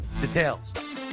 details